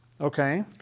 Okay